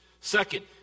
Second